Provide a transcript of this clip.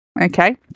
okay